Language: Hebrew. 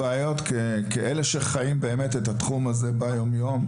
בתור אלה שחיים את התחום הזה ביומיום,